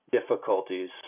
difficulties